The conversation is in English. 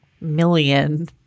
million